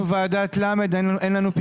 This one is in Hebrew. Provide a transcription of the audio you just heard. אם הפתרון הוא ועדת למ"ד, אז אין לנו פתרון.